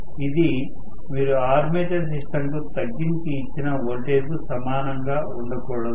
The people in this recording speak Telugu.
ఇది మీరు ఆర్మేచర్ సిస్టంకు తగ్గించి ఇచ్చిన వోల్టేజ్ కు సమానంగా ఉండకూడదు